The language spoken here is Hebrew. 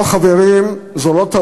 לא, חברים, זו לא טעות.